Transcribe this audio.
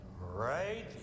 Right